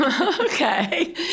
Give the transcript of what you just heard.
Okay